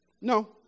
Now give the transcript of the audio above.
No